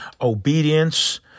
obedience